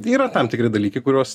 yra tam tikri dalykai kuriuos